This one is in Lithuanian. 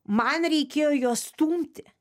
man reikėjo juos stumti